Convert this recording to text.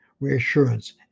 reassurance